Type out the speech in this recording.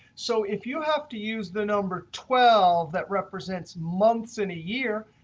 so if you have to use the number twelve that represents months in a year,